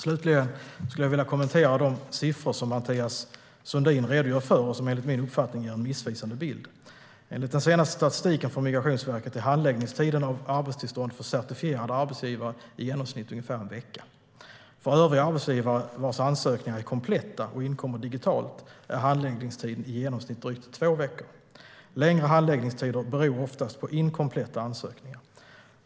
Slutligen skulle jag vilja kommentera de siffror som Mathias Sundin redogör för och som enligt min uppfattning ger en missvisande bild. Enligt den senaste statistiken från Migrationsverket är handläggningstiden för arbetstillstånd för certifierade arbetsgivare i genomsnitt en vecka. För övriga arbetsgivare vars ansökningar är kompletta och inkommer digitalt är handläggningstiden i genomsnitt drygt två veckor. Längre handläggningstider beror oftast på inkompletta ansökningar.